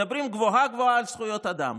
מדברים גבוהה-גבוהה על זכויות האדם,